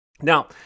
Now